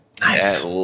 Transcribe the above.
Nice